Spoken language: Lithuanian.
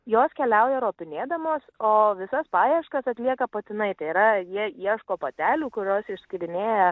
jos keliauja ropinėdamos o visas paieškas atlieka patinai tai yra jie ieško patelių kurios ištyrinėja